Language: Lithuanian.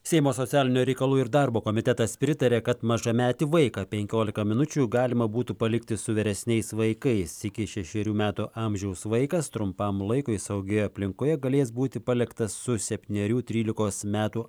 seimo socialinių reikalų ir darbo komitetas pritarė kad mažametį vaiką penkiolika minučių galima būtų palikti su vyresniais vaikais iki šešerių metų amžiaus vaikas trumpam laikui saugioje aplinkoje galės būti paliktas su septynerių trylikos metų